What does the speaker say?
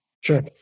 Sure